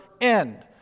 end